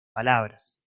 palabras